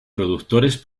productores